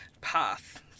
path